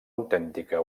autèntica